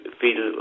feel